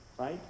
Right